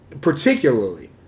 particularly